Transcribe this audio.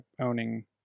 owning